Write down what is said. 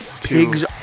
pigs